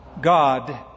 God